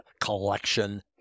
collection